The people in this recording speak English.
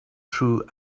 true